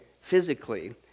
physically